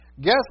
Guess